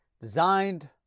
designed